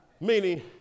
Meaning